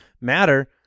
matter